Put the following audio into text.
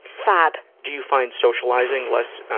fab! do you find socializing less, ah,